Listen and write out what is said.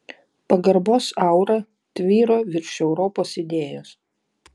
pagarbos aura tvyro virš europos idėjos